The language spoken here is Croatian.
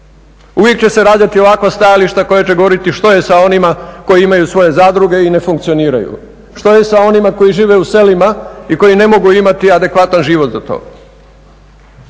Uvijek će se rađati ovakva stajališta koja će govoriti što je sa onima koji imaju svoje zadruge i ne funkcioniraju, što je sa onima koji žive u selima i koji ne mogu imati adekvatan život za to.